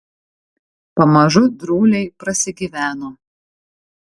pamažu drūliai prasigyveno